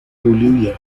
bolivia